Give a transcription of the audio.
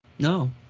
No